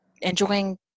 enjoying